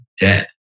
dead